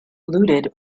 looted